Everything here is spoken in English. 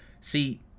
See